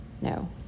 no